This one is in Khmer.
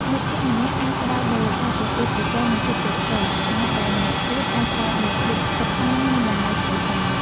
មិត្តភក្តិម្នាក់អាចផ្តោតលើការប្រកួតប្រជែងនិងភាពជោគជ័យ ខណៈដែលម្នាក់ទៀតអាចផ្តោតលើភាពសុខសាន្តនិងតម្លៃគ្រួសារ។